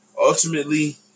Ultimately